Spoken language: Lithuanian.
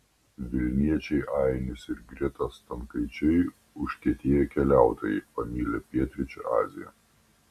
vilniečiai ainis ir greta stankaičiai užkietėję keliautojai pamilę pietryčių aziją